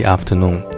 Afternoon